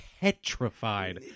petrified